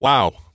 Wow